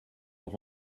leur